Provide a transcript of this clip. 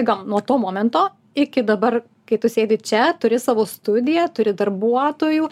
gal nuo to momento iki dabar kai tu sėdi čia turi savo studiją turi darbuotojų